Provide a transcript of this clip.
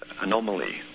anomaly